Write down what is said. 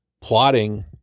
plotting